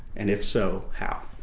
and if so, how?